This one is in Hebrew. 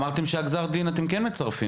אמרתם שאת גזר הדין אתם כן מצרפים.